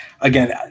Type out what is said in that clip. again